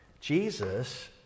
Jesus